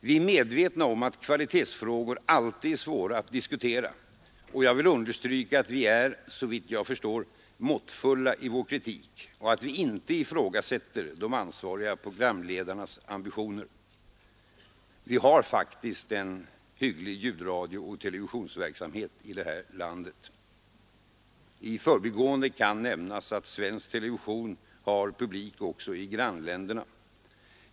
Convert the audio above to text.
Vi är medvetna om att kvalitetsfrågor alltid är svåra att diskutera, och jag vill understryka att vi är — såvitt jag förstår — måttfulla i vår kritik och att vi inte ifrågasätter de ansvariga programledarnas ambitioner. Vi har faktiskt en hygglig ljudradiooch televisionsverksamhet här i landet. I förbigående kan nämnas att svensk television har publik också i grannländerna.